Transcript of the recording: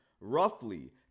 roughly